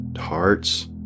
hearts